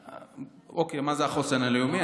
אוקיי, מה זה החוסן הלאומי?